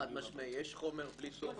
חד משמעי, יש חומר בלי סוף